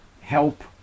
help